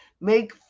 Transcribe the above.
make